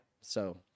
So-